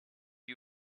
you